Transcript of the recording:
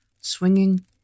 swinging